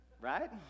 Right